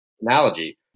analogy